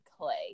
clay